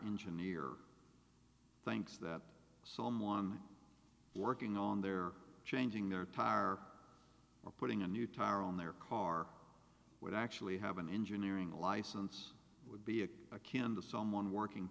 engineer thinks that someone working on their changing their tar or putting a new tire on their car would actually have an engineering license would be a kinda someone working